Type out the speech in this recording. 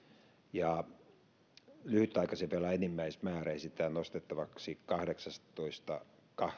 ja lyhytaikaisen velan enimmäismäärä esitetään nostettavaksi kahdeksastatoista